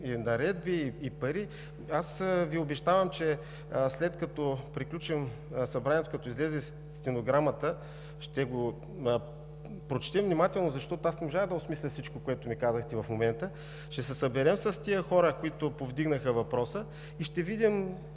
наредби и пари. Обещавам Ви, че след като приключим събранието и като излезе стенограмата, ще го прочетем внимателно, защото не можах да осмисля всичко, което ми казахте в момента, ще се съберем с тези хора, които повдигнаха въпроса, и ще видим